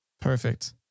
Perfect